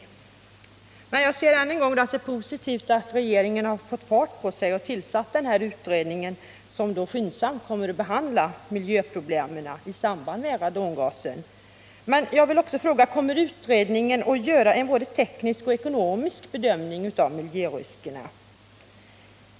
Jag önskar emellertid än en gång säga att det är positivt att regeringen har satt fart och tillsatt en utredning som skyndsamt kommer att behandla miljöproblemen i samband med radongasen. Men kommer utredningen att göra både en teknisk och en ekonomisk bedömning av miljöriskerna?